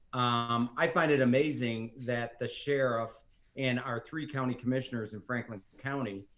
um i find it amazing that the sheriff and our three county commissioners in franklin county,